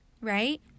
right